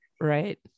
right